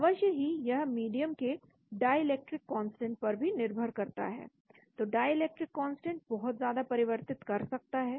अवश्य ही यह मीडियम के डाई इलेक्ट्रिक कांस्टेंट पर भी निर्भर करता है तो डाइलेक्ट्रिक कांस्टेंट बहुत ज्यादा परिवर्तित कर सकता है